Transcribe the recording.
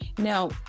Now